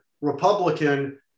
Republican